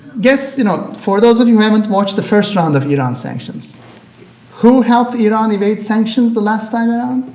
guess you know for those of you haven't watched the first round of iran sanctions who helped iran evade sanctions the last time